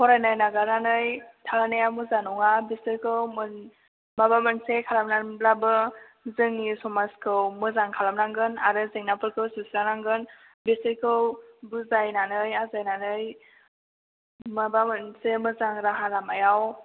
फरायनाय नागारनानै थाहोनाया मोजां नङा बिसोरखौ मोन माबा मोनसे खालामनानै ब्लाबो जोंनि समाजखौ मोजां खालाम नांगोन आरो जेंनाफोरखौ सुस्रां नांगोन बिसोरखौ बुजायनानै आजायनानै माबा मोनसे मोजां राहा लामायाव